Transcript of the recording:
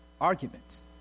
arguments